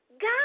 God